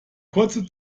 kurze